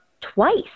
twice